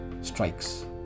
strikes